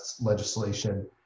legislation